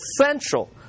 essential